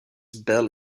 bell